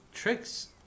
Tricks